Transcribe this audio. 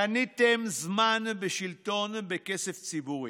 קניתם זמן בשלטון בכסף ציבורי.